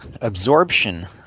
absorption